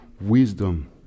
wisdom